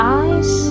eyes